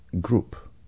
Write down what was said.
group